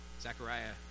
Zechariah